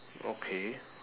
okay